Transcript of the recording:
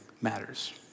matters